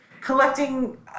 collecting